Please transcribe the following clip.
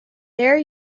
there